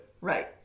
Right